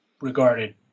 regarded